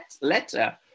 letter